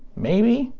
maybe?